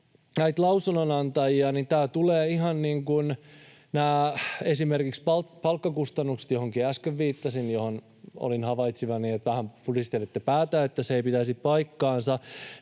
näitä lausunnonantajia, niin mitä tulee esimerkiksi palkkakustannuksiin, joihin äsken viittasin, niin olin havaitsevinani, että vähän pudistelitte päätä, että se ei pitäisi paikkaansa.